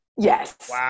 Yes